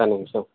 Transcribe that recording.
ఒక నిమిషం